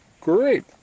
Great